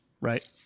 right